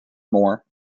more